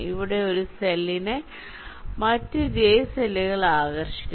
ഇവിടെ ഒരു സെല്ലിനെ മറ്റു j സെല്ലുകൾ ആകർഷിക്കുന്നു